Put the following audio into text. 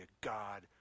God